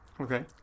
Okay